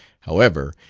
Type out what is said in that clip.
however,